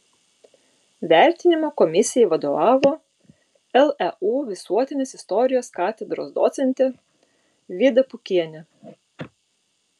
vertinimo komisijai vadovavo leu visuotinės istorijos katedros docentė vida pukienė